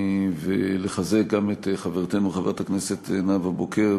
ולחזק גם את חברתנו חברת הכנסת נאוה בוקר,